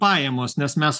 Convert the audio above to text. pajamos nes mes